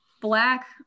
black